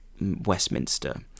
Westminster